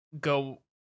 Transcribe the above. go